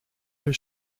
les